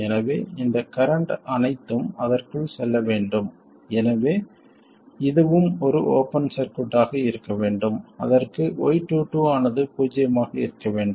எனவே இந்த கரண்ட் அனைத்தும் அதற்குள் செல்ல வேண்டும் எனவே இதுவும் ஒரு ஓபன் சர்க்யூட் ஆக இருக்க வேண்டும் அதற்கு y22 ஆனது பூஜ்ஜியமாக இருக்க வேண்டும்